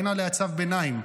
אין עליה צו ביניים.